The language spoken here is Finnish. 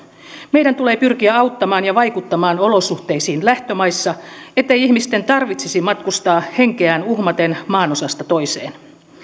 meidän tulee pyrkiä auttamaan ja vaikuttamaan olosuhteisiin lähtömaissa ettei ihmisten tarvitsisi matkustaa henkeään uhmaten maanosasta toiseen